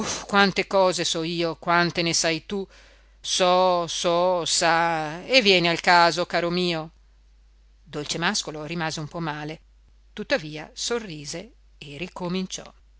quante cose so io quante ne sai tu so so sa e vieni al caso caro mio dolcemàscolo rimase un po male tuttavia sorrise e ricominciò